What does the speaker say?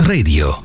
Radio